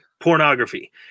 pornography